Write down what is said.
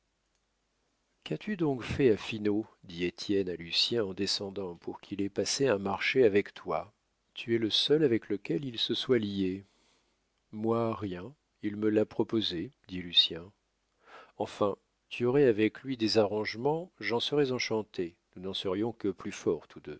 qu'as-tu donc fait à finot dit étienne à lucien en descendant pour qu'il ait passé un marché avec toi tu es le seul avec lequel il se soit lié moi rien il me l'a proposé dit lucien enfin tu aurais avec lui des arrangements j'en serais enchanté nous n'en serions que plus forts